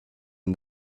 and